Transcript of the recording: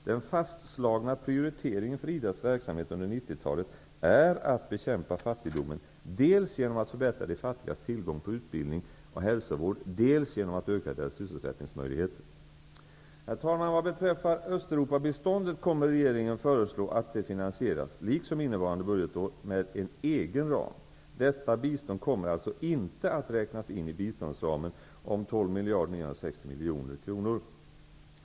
Den fastslagna prioriteringen för IDA:s verksamhet under 90-talet är att bekämpa fattigdomen, dels genom att förbättra de fattigas tillgång på utbildning och hälsovård dels genom att öka deras sysselsättningsmöjligheter. Vad beträffar Östeuropabiståndet kommer regeringen föreslå att det finansieras, liksom innevarande budgetår, med en egen ram. Detta bistånd kommer alltså inte att räknas in i biståndsramen om 12 960 000 000 kr.